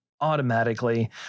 automatically